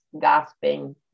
gasping